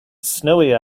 snowy